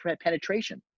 penetration